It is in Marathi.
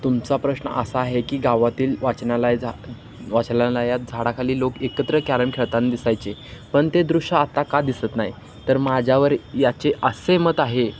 तुमचा प्रश्न असा आहे की गावातील वाचनालय झा वाचनालयात झाडाखाली लोक एकत्र कॅरम खेळताना दिसायचे पण ते दृश्य आत्ता का दिसत नाही तर माझ्यावर याचे असे मत आहे